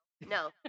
no